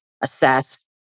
assess